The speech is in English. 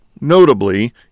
notably